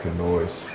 noise.